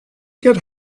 get